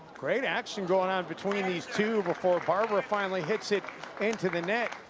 great action going on between these two before barbara finally hits it into the net.